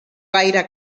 gaire